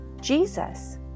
Jesus